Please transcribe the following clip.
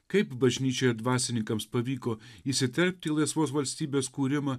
kaip bažnyčioje dvasininkams pavyko įsiterpti į laisvos valstybės kūrimą